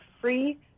free